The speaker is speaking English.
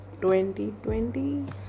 2020